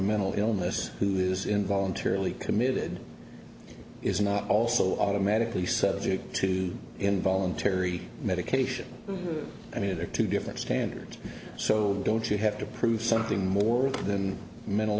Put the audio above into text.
mental illness who is involuntarily committed is not also automatically subject to involuntary medication i mean there are two different standards so don't you have to prove something more of them mental